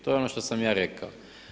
To je ono što sam ja rekao.